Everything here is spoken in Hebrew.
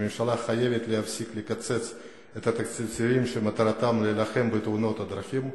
הממשלה חייבת להפסיק לקצץ את התקציבים שמטרתם להילחם בתאונות הדרכים,